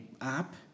app